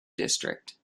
district